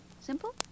Simple